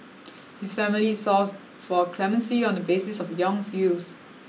his family sought for clemency on the basis of Yong's youth